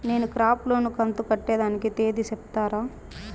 నేను crop loan కంతు కట్టేదానికి తేది సెప్తారా?